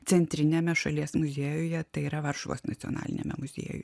centriniame šalies muziejuje tai yra varšuvos nacionaliniame muziejuj